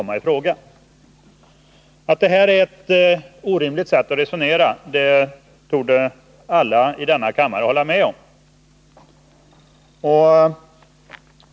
Alla i denna kammare torde hålla med om att detta är ett orimligt sätt att resonera på.